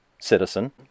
citizen